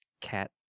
cat